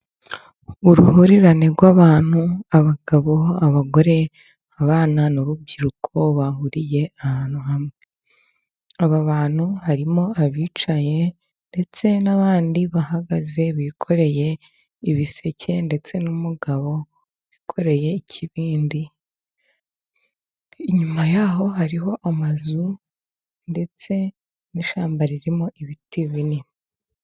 Uruhurirane rw'abantu abagabo, abagore, abana n'urubyiruko. Bahuriye ahantu. Aba bantu harimo abicaye ndetse n'abandi bahagaze, bikoreye ibiseke, ndetse n'umugabo wikoreye ikibindi. Inyuma yaho hariho amazu ndetse n'ishyamba ririmo ibiti binini.